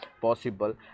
possible